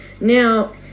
Now